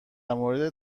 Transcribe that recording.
مورد